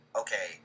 okay